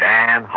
Dan